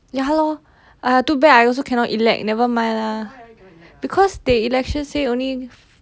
ya lor !aiya! too bad I also cannot elect never mind lah because they election say only